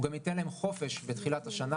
הוא גם ייתן להם חופש בתחילת השנה